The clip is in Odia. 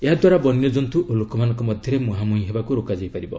ଏହାଦ୍ୱାରା ବନ୍ୟଜନ୍ତୁ ଓ ଲୋକମାନଙ୍କ ମଧ୍ୟରେ ମୁହାଁମୁହିଁ ହେବାକୁ ରୋକାଯାଇପାରିବ